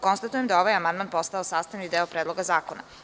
Konstatujem da je ovaj amandman postao sastavni deo Predloga zakona.